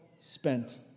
spent